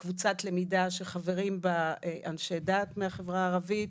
קבוצת למידה שחברים בה אנשי דת מהחברה הערבית,